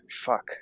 fuck